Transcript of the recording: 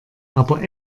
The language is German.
aber